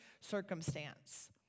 circumstance